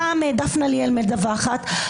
פעם דפנה ליאל מדווחת.